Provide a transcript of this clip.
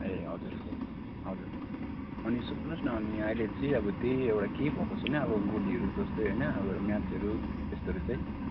ए हजुर हजुर अनि सुन्नुहोस् न अनि अहिले चाहिँ अब त्यही एउटा केही भएको छैन अब गोलीहरू जस्तै होइन अब म्याचहरू त्यस्तोहरू चाहिँ